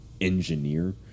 engineer